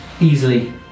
easily